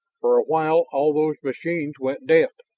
for a while all those machines went dead.